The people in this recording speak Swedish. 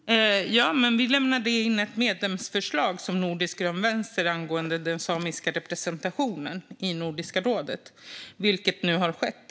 Fru talman! Vi i Nordisk grön vänster lämnade in ett medlemsförslag angående den samiska representationen i Nordiska rådet. Detta har nu skett.